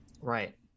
Right